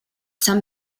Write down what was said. some